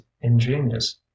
ingenious